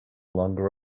longer